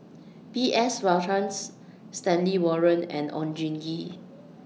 B S Rajhans Stanley Warren and Oon Jin Gee